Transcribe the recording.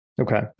Okay